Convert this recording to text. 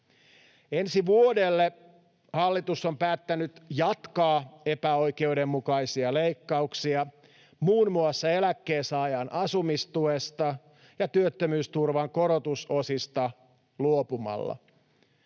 Ensi vuodelle hallitus on päättänyt jatkaa epäoikeudenmukaisia leikkauksia muun muassa eläkkeensaajan asumistuesta ja työttömyysturvan korotusosista luopumalla.